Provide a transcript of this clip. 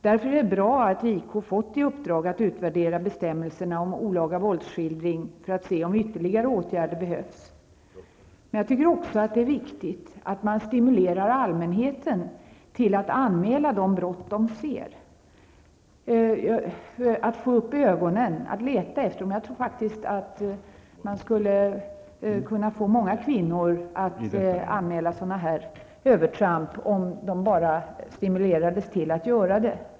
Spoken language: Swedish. Därför är det bra att JK fått i uppdrag att utvärdera bestämmelserna av olaga våldsskildring för att se om ytterligare åtgärder behövs. Men jag tycker att det är viktigt att vi också stimulerar allmänheten att anmäla de brott man ser, ja, att öppna ögonen för dem och att leta efter dem. Jag tror faktiskt att man skulle kunna få många kvinnor att anmäla övertramp på det här området om de bara stimulerades att göra det.